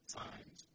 times